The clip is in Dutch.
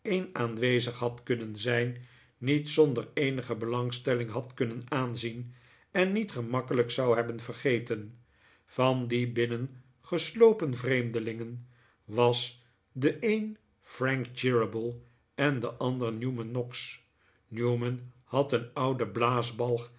aanwezig had kunnen zijn niet zonder eenige belangstelling had kunnen aanzien en niet gemakkelijk zou hebben vergeten van die binnengeslopen vreemdelingen was de een frank cheeryble en de ander newman noggs newman had een ouden